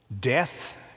death